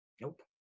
Nope